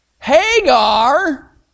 Hagar